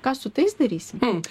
ką su tais darysim